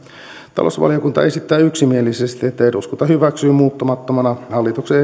talousvaliokunta esittää yksimielisesti että eduskunta hyväksyy muuttamattomana hallituksen